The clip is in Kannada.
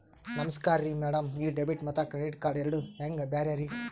ನಮಸ್ಕಾರ್ರಿ ಮ್ಯಾಡಂ ಈ ಡೆಬಿಟ ಮತ್ತ ಕ್ರೆಡಿಟ್ ಕಾರ್ಡ್ ಎರಡೂ ಹೆಂಗ ಬ್ಯಾರೆ ರಿ?